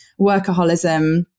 workaholism